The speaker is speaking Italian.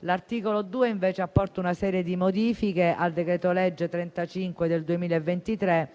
L'articolo 2, invece, apporta una serie di modifiche al decreto-legge n. 35 del 2023